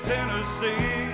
Tennessee